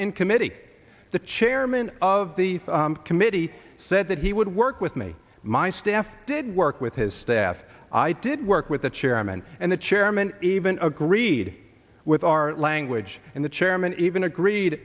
in committee the chairman of the committee said that he would work with me my staff did work with his staff i did work with the chairman and the chairman even agreed with our language and the chairman even agreed